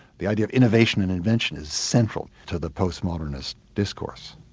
the idea of innovation and invention is central to the postmodernist discourse.